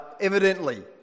evidently